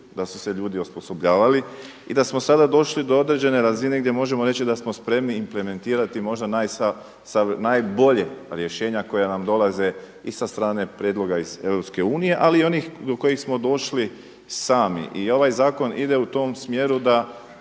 da su se ljudi osposobljavali i da smo sada došli do određene razine gdje možemo reći da smo spremni implementirati možda najbolja rješenja koja nam dolaze i sa strane prijedlog iz EU, ali i oni do kojih smo došli sami. I ovaj zakon ide u tom smjeru da